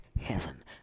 heaven